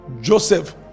Joseph